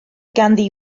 ganddi